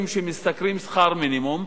שמשתכרים שכר מינימום,